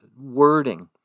Wording